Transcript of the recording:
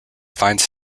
finds